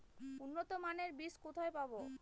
উন্নতমানের বীজ কোথায় পাব?